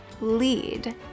lead